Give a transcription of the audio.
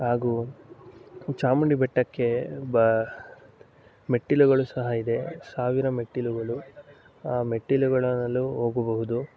ಹಾಗೂ ಚಾಮುಂಡಿ ಬೆಟ್ಟಕ್ಕೆ ಬ ಮೆಟ್ಟಿಲುಗಳು ಸಹ ಇದೆ ಸಾವಿರ ಮೆಟ್ಟಿಲುಗಳು ಆ ಮೆಟ್ಟಿಲುಗಳಲ್ಲೂ ಹೋಗಬಹುದು